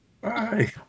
Bye